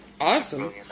awesome